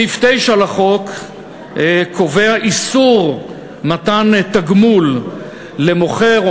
סעיף 9 לחוק קובע איסור מתן תגמול למוכר או